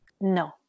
No